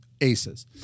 Aces